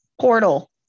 portal